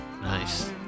Nice